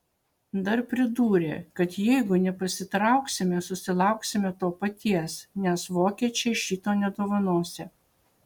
dar pridūrė kad jeigu nepasitrauksime susilauksime to paties nes vokiečiai šito nedovanosią